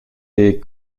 des